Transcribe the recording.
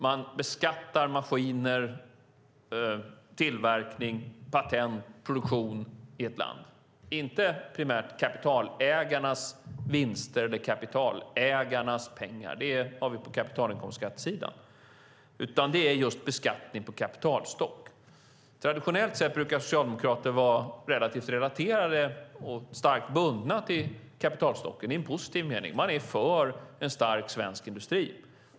Man beskattar maskiner, tillverkning, patent och produktion i ett land. Det är inte primärt fråga om kapitalägarnas vinster eller kapitalägarnas pengar. Det har vi på kapitalinkomstskattesidan. Det handlar om just beskattning på kapitalstock. Traditionellt sett brukar socialdemokrater var relativt relaterade och starkt bundna till kapitalstocken i en positiv mening. Man är för en stark svensk industri.